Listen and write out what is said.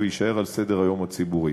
ויישאר על סדר-היום הציבורי.